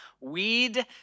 weed